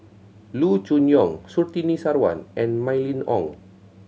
Loo Choon Yong Surtini Sarwan and Mylene Ong